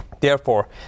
Therefore